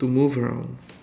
to move around